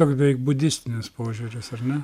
toks beveik budistinis požiūris ar ne